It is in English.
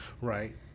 right